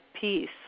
peace